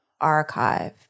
archive